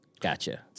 Gotcha